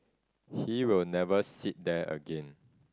he will never sit there again